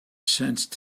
sensed